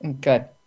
Good